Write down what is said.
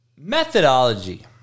Methodology